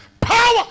power